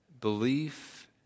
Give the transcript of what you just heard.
Belief